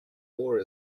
war